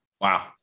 Wow